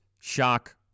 shock